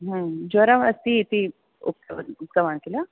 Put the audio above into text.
हम् ज्वरः अस्ति इति उक्त उक्तवान् खिल